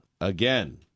again